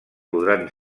podran